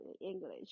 English